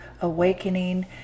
Awakening